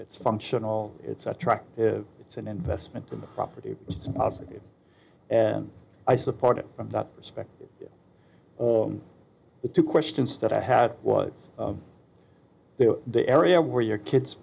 it's functional it's attractive it's an investment in the property it's positive and i support it from that perspective or the two questions that i had was that the area where your kids